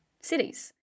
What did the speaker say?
cities